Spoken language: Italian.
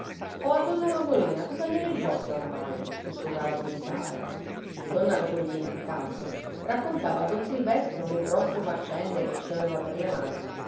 o a donna rosolina cosa gliene importa oramai susurrava piedipapera donna rosolina intanto raccontava a don silvestro le grosse faccende che ci aveva per le mani